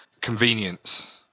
convenience